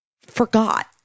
forgot